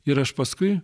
ir aš paskui